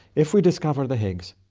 if we discover the higgs,